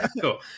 cool